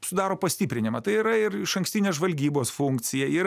sudaro pastiprinimą tai yra ir išankstinės žvalgybos funkcija ir